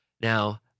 Now